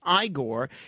Igor